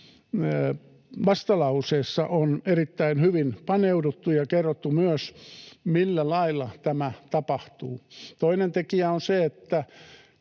vastalauseessa on erittäin hyvin paneuduttu ja kerrottu myös, millä lailla tämä tapahtuu. Toinen tekijä on se, että